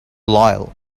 loyal